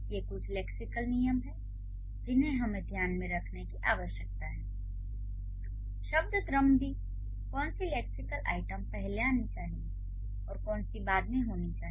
ये कुछ लेक्सिकल नियम हैं जिन्हें हमें ध्यान में रखने की आवश्यकता है शब्द क्रम भी कोनसी लेक्सिकल आइटम पहले आनी चाहिए और कोनसी बाद में होनी चाहिए